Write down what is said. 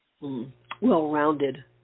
well-rounded